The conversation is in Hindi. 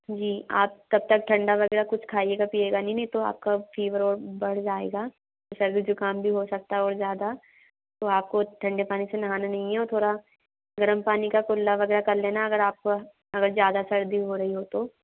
जी आप तब तक ठण्डा वग़ैरह कुछ खाइएगा पीएगा नहीं तो आपका फीवर और बढ़ जाएगा सर्दी जुख़ाम भी हो सकता है और ज़्यादा तो आपको ठण्डे पानी से नहाना नहीं है और थोड़ा गर्म पानी का कुल्ला वग़ैरह कर लेना अगर आप अगर ज़्यादा सर्दी हो रही हो तो